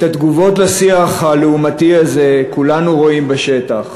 את התגובות לשיח הלעומתי הזה כולנו רואים בשטח.